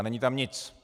Není tam nic.